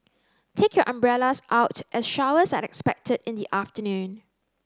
take your umbrellas out as showers are expected in the afternoon